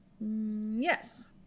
yes